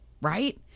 right